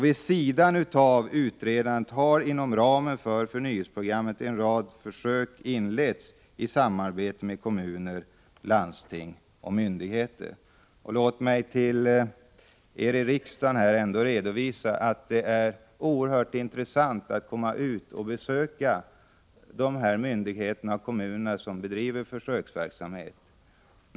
Vid sidan av utredandet har, inom ramen för förnyelseprogrammet, en rad försök inletts. Man samarbetar med kommuner, landsting och myndigheter. Låt mig för er här i kammaren redovisa att det är oerhört intressant att besöka de myndigheter och kommuner som bedriver sådan här försöksverksamhet.